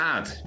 Add